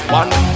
one